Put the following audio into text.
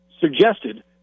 suggested